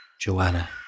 Joanna